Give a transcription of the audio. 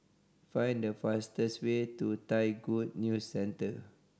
find the fastest way to Thai Good News Centre